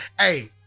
hey